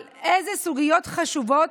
על אילו סוגיות חשובות,